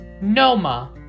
Noma